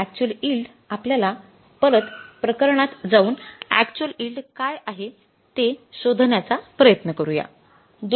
actual yield आपल्याला परत प्रकरणात जाऊन अॅक्च्युअल यिल्ड काय आहे ते शोधण्याचा प्रयत्न करूया